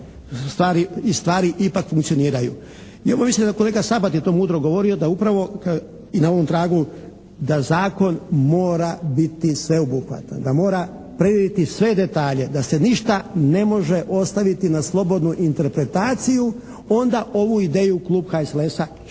I stvari ipak funkcioniraju. I evo, mislim da je kolega Sabati to mudro govorio, da upravo i na ovom tragu da Zakon mora biti sveobuhvatan, da mora previdjeti sve detalje, da se ništa ne može ostaviti na slobodnu interpretaciju onda ovu ideju Klub HSLS-a mora